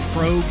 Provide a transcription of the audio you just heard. Pro